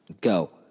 Go